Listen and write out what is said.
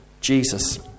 Jesus